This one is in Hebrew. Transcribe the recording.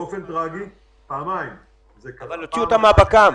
באופן טרגי פעמיים --- אבל להוציא אותה מהפק"מ.